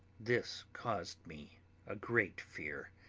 this caused me a great fear,